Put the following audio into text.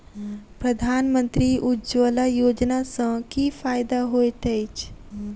प्रधानमंत्री उज्जवला योजना सँ की फायदा होइत अछि?